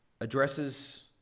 addresses